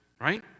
right